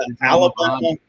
Alabama